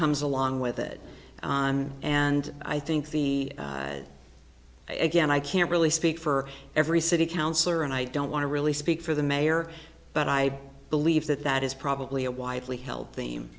comes along with it and i think the again i can't really speak for every city councilor and i don't want to really speak for the mayor but i believe that that is probably a widely held